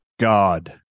God